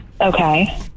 Okay